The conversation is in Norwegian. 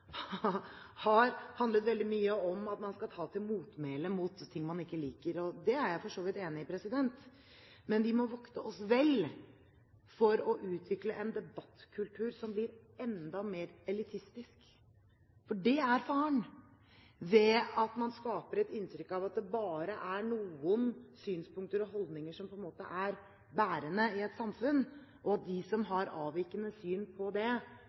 har handlet veldig mye om at man skal ta til motmæle mot ting man ikke liker. Det er jeg for så vidt enig i, men vi må vokte oss vel for å utvikle en debattkultur som blir enda mer elitistisk. For det er faren ved at man skaper et inntrykk av at det bare er noen synspunkter og holdninger som på en måte er bærende i et samfunn, og at de som har avvikende syn på det,